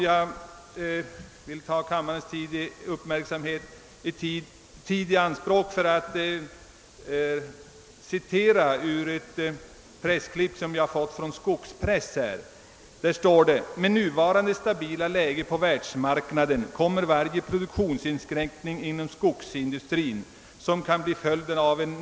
Jag vill ta kammarens tid i anspråk med ett ci tat ur ett meddelande som jag har fått från Skog-Press: >Med nuvarande stabila läge på världsmarknaden kommer varje produktionsinskränkning inom skogsindustrin, som kan bli följden av en ev.